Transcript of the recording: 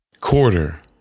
quarter